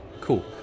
cool